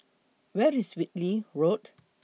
Where IS Whitley Road